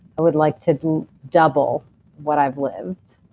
i would like to double what i've lived.